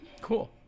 cool